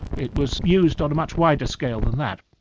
it was used on a much wider scale than that.